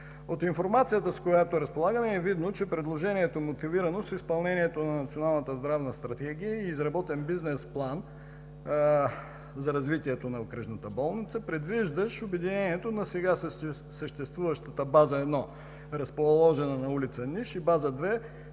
От информацията, с която разполагаме, е видно, че предложението е мотивирано с изпълнението на Националната здравна стратегия и изработения бизнес план за развитието на окръжната болница, предвиждащ обединението на сега съществуващата База 1, разположена на ул. „Ниш” и База 2,